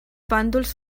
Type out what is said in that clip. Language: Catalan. pàndols